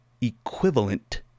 equivalent